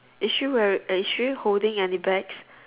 is she wear uh is she holding any bag